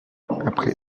après